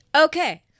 Okay